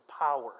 power